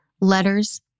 letters